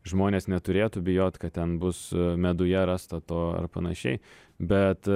žmonės neturėtų bijot kad ten bus meduje rasta to ar panašiai bet